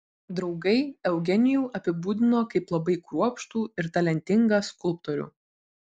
draugai eugenijų apibūdino kaip labai kruopštų ir talentingą skulptorių